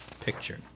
picture